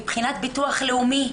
מבחינת הביטוח הלאומי,